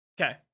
okay